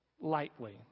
lightly